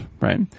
right